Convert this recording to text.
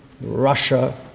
Russia